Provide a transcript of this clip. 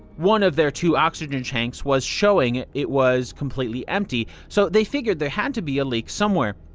one of their two oxygen tanks was showing it it was completely empty, so they figured there had to be a leak somewhere.